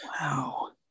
Wow